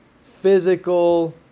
physical